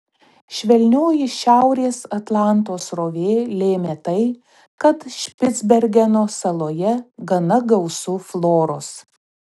švelnioji šiaurės atlanto srovė lėmė tai kad špicbergeno saloje gana gausu floros